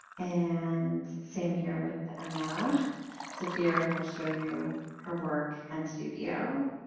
and same here with emma sophia who will show you her work and studio.